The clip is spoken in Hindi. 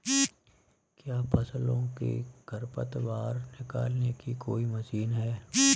क्या फसलों से खरपतवार निकालने की कोई मशीन है?